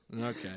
Okay